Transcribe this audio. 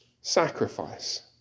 sacrifice